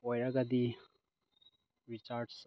ꯑꯣꯏꯔꯒꯗꯤ ꯔꯤꯆꯥꯔꯖ